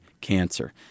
cancer